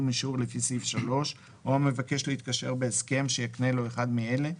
אישור לפי סעיף 3 או המבקש להתקשר בהסכם שיקנה לו אחד מאלה,